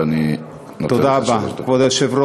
ואני נותן לך שלוש דקות.